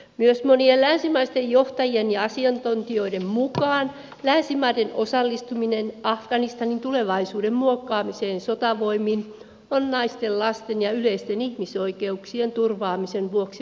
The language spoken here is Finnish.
myös monien länsimaisten johtajien ja asiantuntijoiden mukaan länsimaiden osallistuminen afganistanin tulevaisuuden muokkaamiseen sotavoimin on naisten lasten ja yleisten ihmisoikeuksien turvaamisen vuoksi välttämätöntä